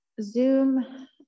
zoom